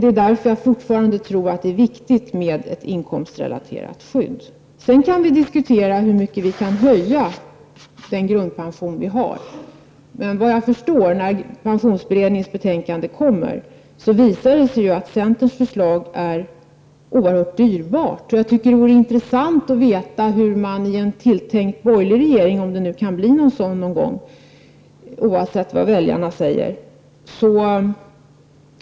Det är därför som jag fortfarande tror att det är viktigt med ett inkomstrelaterat skydd. Sedan kan vi diskutera hur man kan höja den grundpension vi har. Men när pensionsberedningens betänkande kommer så visar det sig, såvitt jag förstår, att centerns förslag är oerhört dyrbart. Det vore intressant att veta hur man skall göra i en tilltänkt borgerlig regering -- om det nu kan bli en sådan någon gång, oavsett vad väljarna säger.